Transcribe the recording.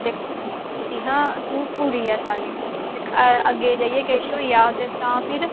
दिक्ख हां तू कुड़ी ऐ साढ़ी अग्गें जाइयै केश होई जाह्ग तां फिर